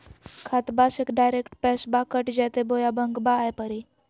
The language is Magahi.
खाताबा से डायरेक्ट पैसबा कट जयते बोया बंकबा आए परी?